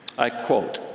i quote